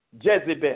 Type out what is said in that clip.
Jezebel